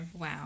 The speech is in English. wow